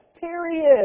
Period